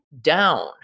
down